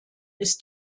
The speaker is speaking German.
ist